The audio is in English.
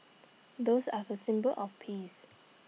doves are the symbol of peace